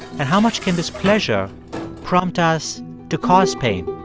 and how much can this pleasure prompt us to cause pain?